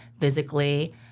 physically